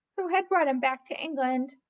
who had brought him back to england,